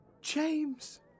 James